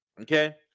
okay